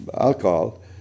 alcohol